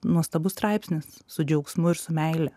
nuostabus straipsnis su džiaugsmu ir su meile